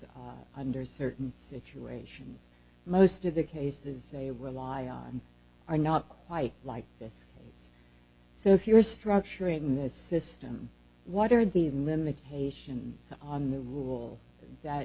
them under certain situations most of the cases they rely on are not quite like this so if you're structuring this system what are the limitations on the rules that